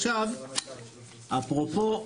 עכשיו, אפרופו מתפטרים,